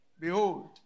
Behold